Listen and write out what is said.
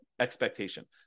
expectation